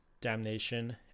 Damnation